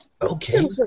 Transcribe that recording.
Okay